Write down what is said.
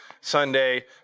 Sunday